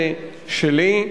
ושלי.